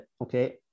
Okay